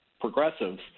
progressives